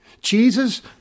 Jesus